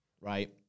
right